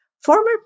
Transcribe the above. Former